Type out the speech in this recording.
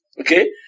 okay